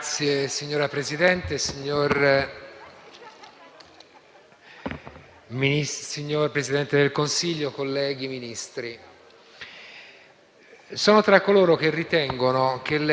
sono tra coloro che ritengono che lei, signor Presidente del Consiglio, abbia fatto la cosa giusta a procedere sulla strada tracciata dal ministro Gualtieri quando, settimane fa,